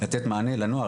לתת מענה לנוער,